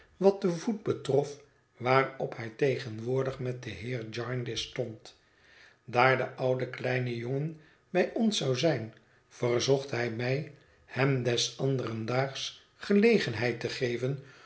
wat den voet betrof waarop hij tegenwoordig met den heer jarndyce stond daar de oude kleine jongen bij ons zou zijn verzocht hij mij hem des anderen daags gelegenheid te geven